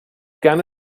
gerne